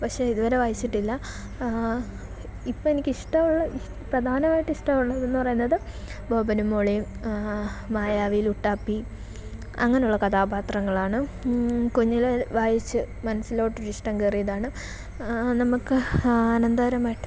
പക്ഷേ ഇതുവരെ വായിച്ചിട്ടില്ല ഇപ്പം എനിക്ക് ഇഷ്ടമുള്ള ഇഷ് പ്രധാനമായിട്ടും ഇഷ്ടമുള്ളതെന്ന് പറയുന്നത് ബോബനും മോളിയും മായാവി ലുട്ടാപ്പി അങ്ങനെ ഉള്ള കഥാപാത്രങ്ങളാണ് കുഞ്ഞിലെ വായിച്ച് മനസ്സിലോട്ടൊരു ഇഷ്ടം കയറിയതാണ് നമുക്ക് ആനന്ദകരമായിട്ട്